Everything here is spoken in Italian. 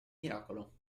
miracolo